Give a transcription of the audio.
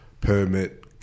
permit